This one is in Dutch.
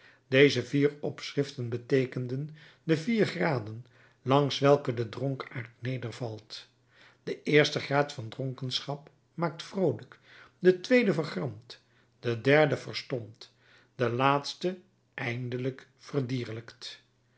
deze vier opschriften beteekenden de vier graden langs welke de dronkaard nedervalt de eerste graad van dronkenschap maakt vroolijk de tweede vergramt de derde verstompt de laatste eindelijk verdierlijkt